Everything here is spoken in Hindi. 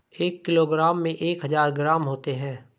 एक किलोग्राम में एक हजार ग्राम होते हैं